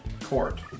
Court